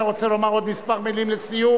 אתה רוצה לומר עוד כמה מלים לסיום?